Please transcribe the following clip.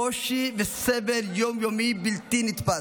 קושי וסבל יום-יומי בלתי נתפס.